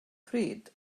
pryd